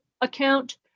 account